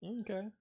okay